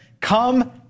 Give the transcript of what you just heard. come